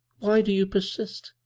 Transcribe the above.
why do you persist?